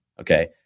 okay